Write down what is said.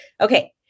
Okay